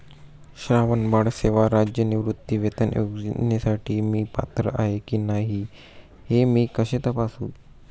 श्रावणबाळ सेवा राज्य निवृत्तीवेतन योजनेसाठी मी पात्र आहे की नाही हे मी कसे तपासू?